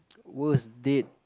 worst date